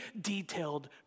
detailed